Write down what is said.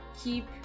Keep